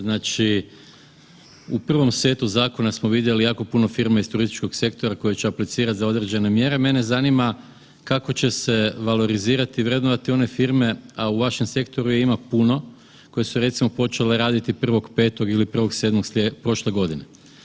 Znači u prvom setu zakona smo vidjeli jako puno firmi iz turističkog sektora koji će aplicirati za određene mjere, mene zanima kako će se valorizirati i vrednovati one firme, a u vašem sektoru ih ima puno koje su recimo počele raditi 1.5. ili 1.7. prošle godine.